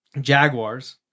Jaguars